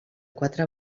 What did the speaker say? quatre